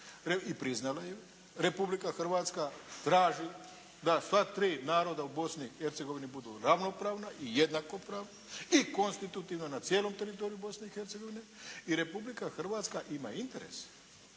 i priznala ju, Republika Hrvatska traži da sva tri naroda u Bosni i Hercegovini budu ravnopravna i jednaka u pravu, i konstitutivna na cijelom teritoriju Bosne i Hercegovine i Republika Hrvatska ima interes